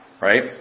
right